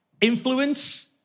influence